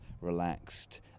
relaxed